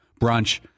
brunch